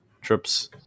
trips